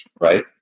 right